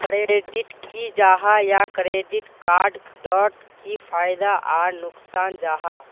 Credit की जाहा या क्रेडिट कार्ड डोट की फायदा आर नुकसान जाहा?